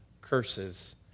curses